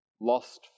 lost